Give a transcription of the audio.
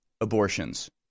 Abortions